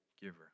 giver